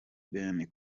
bene